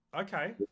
okay